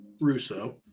Russo